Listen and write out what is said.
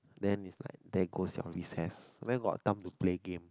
then is like there goes your recess where got time to play game